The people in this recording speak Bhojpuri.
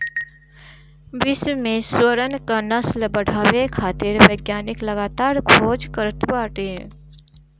विश्व में सुअरन क नस्ल बढ़ावे खातिर वैज्ञानिक लगातार खोज करत बाटे